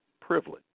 privilege